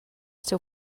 seu